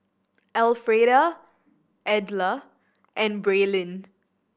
Elfreda Edla and Braelyn